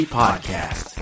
podcast